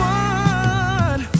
one